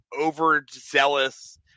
overzealous